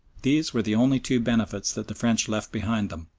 these were the only two benefits that the french left behind them,